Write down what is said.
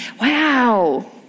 Wow